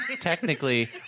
technically